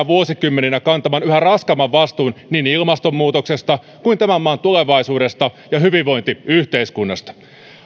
vuosikymmeninä kantamaan yhä raskaamman vastuun niin ilmastonmuutoksesta kuin tämän maan tulevaisuudesta ja hyvinvointiyhteiskunnasta